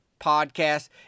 Podcast